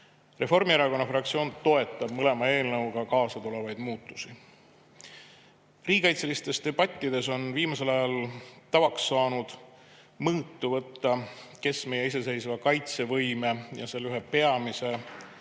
Reformierakonna fraktsioon toetab mõlema eelnõuga kaasa tulevaid muutusi. Riigikaitselistes debattides on viimasel ajal tavaks saanud mõõtu võtta, kes meie iseseisva kaitsevõime ja ühe peamise